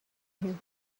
him